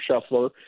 shuffler